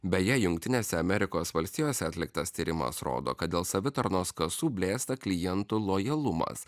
beje jungtinėse amerikos valstijose atliktas tyrimas rodo kad dėl savitarnos kasų blėsta klientų lojalumas